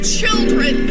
children